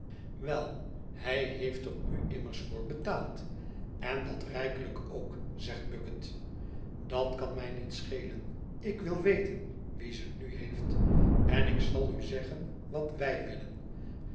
wel hij heeft er u immers voor betaald en dat rijkelijk ook zegt bucket dat kan mij niet schelen ik wil weten wie ze nu heeft en ik zal u zeggen wat wij willen